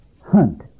hunt